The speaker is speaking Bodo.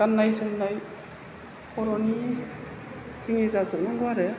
गाननाय जोमनाय बर'नि जोंनि जाजोबनांगौ आरो